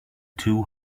too